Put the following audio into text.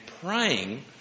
praying